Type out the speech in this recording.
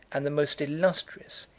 and the most illustrious,